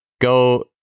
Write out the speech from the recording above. go